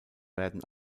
werden